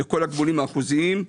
אלה כל הגמולים האחוזיים,